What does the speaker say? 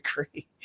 agree